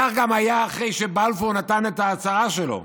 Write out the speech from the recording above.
כך היה גם אחרי שבלפור נתן את ההצהרה שלו.